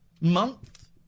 month